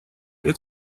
did